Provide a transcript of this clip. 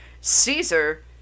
Caesar